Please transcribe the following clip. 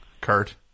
Kurt